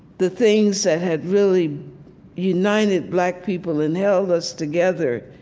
the things that had really united black people and held us together,